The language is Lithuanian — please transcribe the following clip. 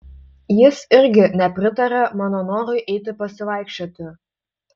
jis irgi nepritarė mano norui eiti pasivaikščioti